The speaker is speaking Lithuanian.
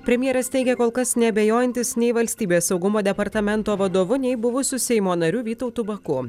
premjeras teigia kol kas neabejojantis nei valstybės saugumo departamento vadovu nei buvusiu seimo nariu vytautu baku